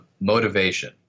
motivation